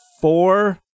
four